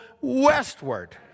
westward